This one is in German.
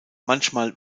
manchmal